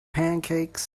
pancakes